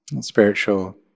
spiritual